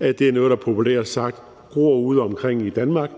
at det er noget, der populært sagt gror udeomkring i Danmark,